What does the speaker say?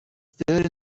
stood